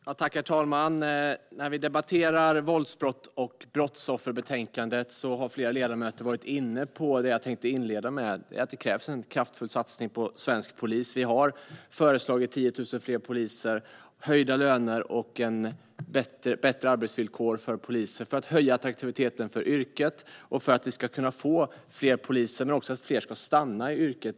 Herr talman! Vi debatterar nu betänkandet om våldsbrott och brottsoffer. Flera ledamöter har varit inne på det som jag tänkt inleda med, nämligen att det krävs en kraftfull satsning på svensk polis. Vi har föreslagit 10 000 fler poliser, höjda löner och bättre arbetsvillkor för poliser. Det vill vi göra för att höja yrkets attraktivitet, för att vi ska kunna få fler poliser men också för att fler ska stanna i yrket.